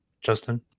Justin